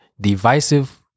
divisive